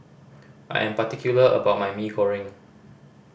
I am particular about my Mee Goreng